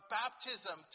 baptism